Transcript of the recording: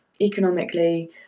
economically